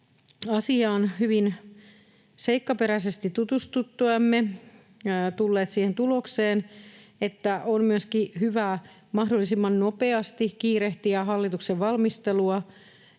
asiaan hyvin seikkaperäisesti tutustuttuamme tulleet siihen tulokseen, että on myöskin hyvä mahdollisimman nopeasti kiirehtiä hallituksen valmistelua.